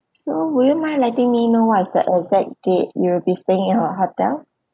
so would you mind letting me know what is the exact date you will be staying in our hotel